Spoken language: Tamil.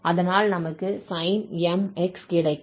அதனால் நமக்கு sin mx கிடைக்கும்